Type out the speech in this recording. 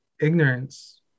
ignorance